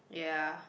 ya